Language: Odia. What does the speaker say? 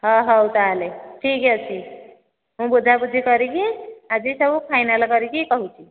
ହଁ ହଉ ତାହେଲେ ଠିକ୍ ଅଛି ମୁଁ ବୁଝା ବୁଝି କରିକି ଆଜି ସବୁ ଫାଇନାଲ କରିକି କହୁଛି